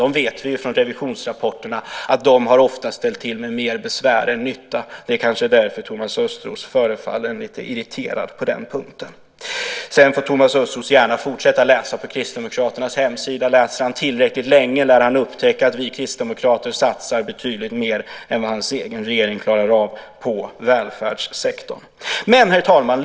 Vi vet från revisionsrapporterna att de ofta har ställt till med mer besvär än nytta. Det kanske är därför Thomas Östros förefaller lite irriterad på den punkten. Thomas Östros får gärna fortsätta att läsa på Kristdemokraternas hemsida. Om han läser tillräckligt länge lär han upptäcka att vi kristdemokrater satsar betydligt mer på välfärdssektorn än vad hans egen regering klarar av. Herr talman!